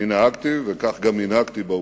אני נהגתי, וכך גם הנהגתי באופוזיציה,